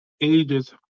ages